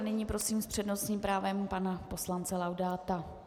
Nyní prosím s přednostním právem pana poslance Laudáta.